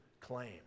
claim